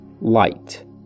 light